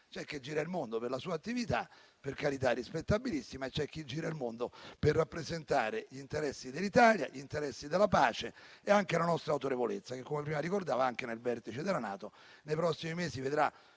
C'è chi gira il mondo per la propria attività - per carità, rispettabilissima - e c'è chi gira il mondo per rappresentare gli interessi dell'Italia, gli interessi della pace e anche la nostra autorevolezza che, come prima ricordato, si farà sentire anche nel vertice della NATO nei prossimi mesi,